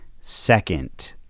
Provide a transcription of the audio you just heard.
second